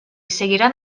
seguirán